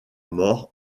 mort